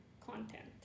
content